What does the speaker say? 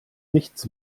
nichts